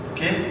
Okay